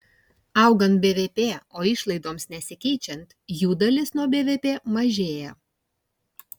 augant bvp o išlaidoms nesikeičiant jų dalis nuo bvp mažėja